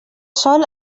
sol